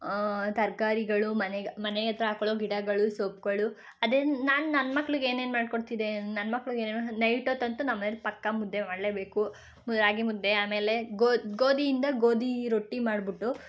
ತರಕಾರಿಗಳು ಮನೆಗೆ ಮನೆ ಹತ್ರ ಹಾಕ್ಕೊಳ್ಳೋ ಗಿಡಗಳು ಸೊಪ್ಪುಗಳು ಅದೇ ನಾನು ನನ್ನ ಮಕ್ಳಿಗೆ ಏನೇನು ಮಾಡಿಕೊಡ್ತಿದ್ದೆ ನನ್ನ ಮಕ್ಳಿಗೆ ಏನೇನೋ ನೈಟ್ ಹೊತ್ತಂತೂ ನಮ್ಮ ಮನೇಲ್ಲಿ ಪಕ್ಕಾ ಮುದ್ದೆ ಮಾಡಲೇಬೇಕು ಮು ರಾಗಿ ಮುದ್ದೆ ಆಮೇಲೆ ಗೋಧಿ ಗೋಧಿಯಿಂದ ಗೋಧಿ ರೊಟ್ಟಿ ಮಾಡ್ಬಿಟ್ಟು